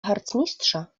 harcmistrza